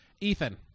Ethan